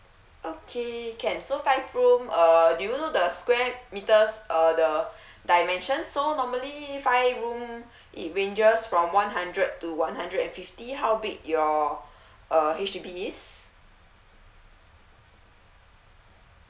okay can so five room uh do you know the square meters uh the dimension so normally five room it ranges from one hundred to one hundred and fifty how big your uh H_D_B is